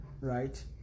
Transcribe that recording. right